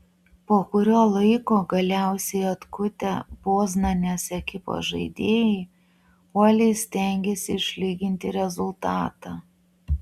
po kurio laiko galiausiai atkutę poznanės ekipos žaidėjai uoliai stengėsi išlyginti rezultatą